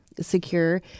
secure